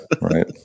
right